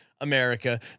America